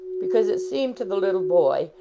because it seemed to the little boy,